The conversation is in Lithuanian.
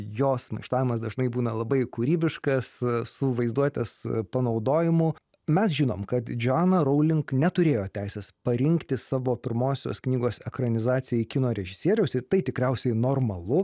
jos maištavimas dažnai būna labai kūrybiškas su vaizduotės panaudojimu mes žinom kad džoana rowling neturėjo teisės parinkti savo pirmosios knygos ekranizacijai kino režisieriaus ir tai tikriausiai normalu